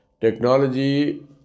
technology